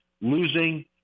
losing